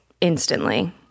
instantly